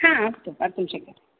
हा अस्तु कर्तुं शक्यते